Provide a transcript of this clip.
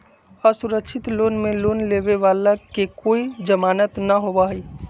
असुरक्षित लोन में लोन लेवे वाला के कोई जमानत न होबा हई